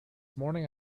morning